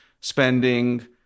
spending